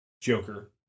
Joker